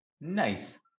Nice